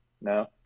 no